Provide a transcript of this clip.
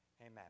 Amen